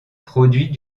produits